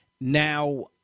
Now